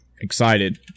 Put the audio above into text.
excited